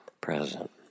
present